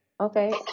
Okay